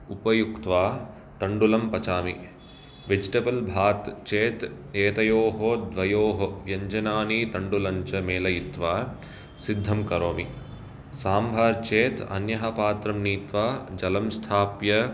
उपयुक्त्वा तण्डुलं पचामि बिजेटेबल् भात् चेद् एतयोः द्वययोः व्यञ्जनानि तुण्डलञ्च मिलयित्वा सिद्धं करोमि साम्भार् चेत् अन्यः पात्रं नीत्वा जलं स्थाप्य